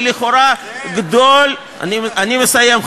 אני מסיים,